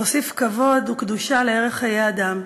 להוסיף כבוד וקדושה לערך חיי אדם,